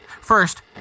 First